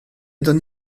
ydyn